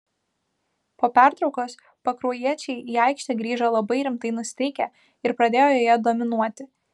po pertraukos pakruojiečiai į aikštę grįžo labai rimtai nusiteikę ir pradėjo joje dominuoti